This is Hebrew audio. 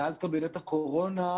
ואז קבינט הקורונה,